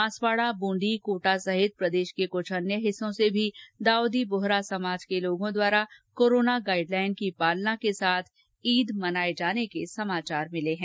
बांसवाड़ा बूंदी कोटा सहित प्रदेश के कुछ अन्य हिस्सों से भी दाऊदी बोहरा समाज के लोगों द्वारा कोरोना गाइडलाइन की पालना के साथ ईद मनाये जाने के समाचार मिले हैं